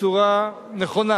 בצורה נכונה